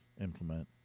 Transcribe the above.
implement